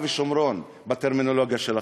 יהודה ושומרון בטרמינולוגיה שלכם.